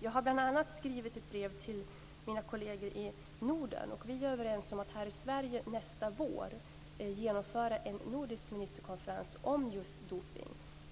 Jag har bl.a. skrivit ett brev till mina kolleger i Norden, och vi är överens om att här i Sverige nästa vår genomföra en nordisk ministerkonferens om just dopning.